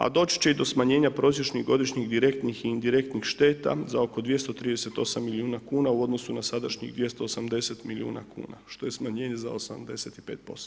A doći će i do smanjenja prosječnih godišnjih direktnih i indirektnih šteta za oko 238 milijuna kuna u odnosu na sadašnjih 280 milijuna kuna, što je smanjenje za 85%